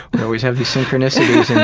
we always have synchronicities